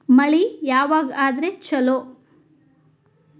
ಮಳಿ ಯಾವಾಗ ಆದರೆ ಛಲೋ?